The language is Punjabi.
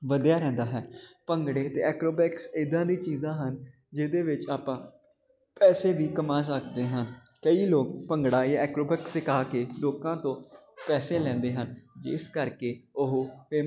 ਵਧਿਆ ਰਹਿੰਦਾ ਹੈ ਭੰਗੜੇ ਅਤੇ ਐਕਰੋਬੈਕਸ ਏਦਾਂ ਦੀ ਚੀਜ਼ਾਂ ਹਨ ਜਿਹਦੇ ਵਿੱਚ ਆਪਾਂ ਪੈਸੇ ਵੀ ਕਮਾ ਸਕਦੇ ਹਾਂ ਕਈ ਲੋਕ ਭੰਗੜਾ ਜਾਂ ਐਕਰੋਬੈਕਸ ਸਿਖਾ ਕੇ ਲੋਕਾਂ ਤੋਂ ਪੈਸੇ ਲੈਂਦੇ ਹਨ ਜਿਸ ਕਰਕੇ ਉਹ ਪੇਮ